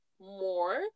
more